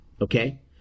okay